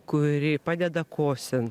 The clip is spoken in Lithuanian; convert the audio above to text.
kuri padeda kosint